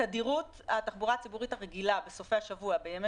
תדירות התחבורה הציבורית הרגילה בסופי השבוע בימי